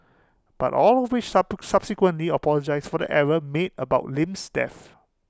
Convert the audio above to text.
but all of which sub subsequently apologised for the error made about Lim's death